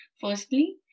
firstly